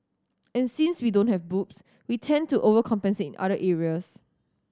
and since we don't have boobs we tend to overcompensate in other areas